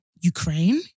Ukraine